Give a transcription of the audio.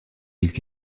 villes